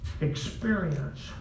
experience